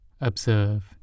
observe